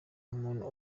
umuntu